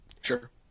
Sure